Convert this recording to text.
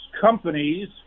companies